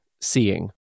seeing